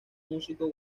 músico